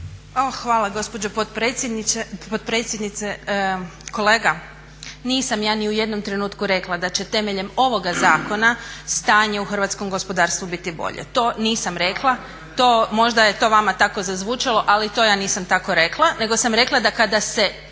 Hvala gospođo potpredsjednice. Kolega, nisam ja ni u jednom trenutku rekla da će temeljem ovoga zakona stanje u hrvatskom gospodarstvu biti bolje. To nisam rekla. Možda je to vama tako zazvučalo, ali to ja nisam tako rekla, nego sam rekla da kada se